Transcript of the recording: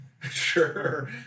Sure